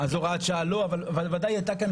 אבל צריך לומר כך: